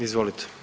Izvolite.